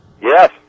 Yes